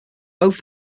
both